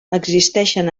existeixen